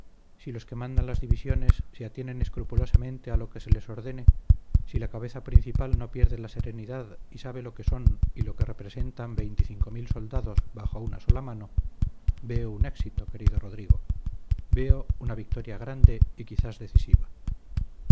si los que mandan las divisiones se atienen escrupulosamente a lo que se les ordene si la cabeza principal no pierde la serenidad y sabe lo que son y lo que representan veinticinco mil soldados bajo una sola mano veo un éxito querido rodrigo veo una victoria grande y quizás decisiva